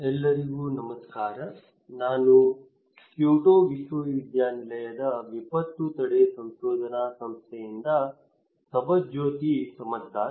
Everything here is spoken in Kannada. ಎಲ್ಲರಿಗೂ ನಮಸ್ಕಾರ ನಾನು ಕ್ಯೋಟೋ ವಿಶ್ವವಿದ್ಯಾನಿಲಯದ ವಿಪತ್ತು ತಡೆ ಸಂಶೋಧನಾ ಸಂಸ್ಥೆಯಿಂದ ಸುಭಜ್ಯೋತಿ ಸಮದ್ದಾರ್